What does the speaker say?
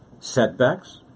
setbacks